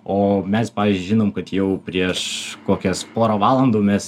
o mes pavyzdžiui žinom kad jau prieš kokias porą valandų mes